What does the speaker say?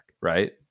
Right